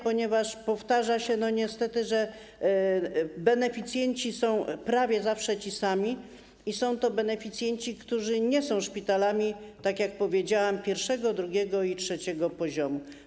Powtarza się niestety sytuacja, że beneficjenci są prawie zawsze ci sami i są to beneficjenci, którzy nie są szpitalami, tak jak powiedziałam, z pierwszego, drugiego i trzeciego poziomu.